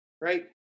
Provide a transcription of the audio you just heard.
right